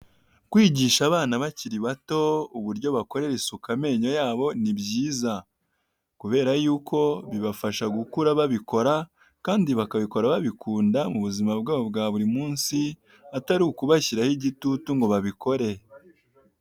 Kwigisha abana bakiri bato uburyo bakoresha isuku amenyo yabo ni byiza, kubera yuko bibafasha gukura babikora kandi bakabikora babikunda mu buzima bwabo bwa buri munsi atari ukubashyiraho igitutu ngo babikore.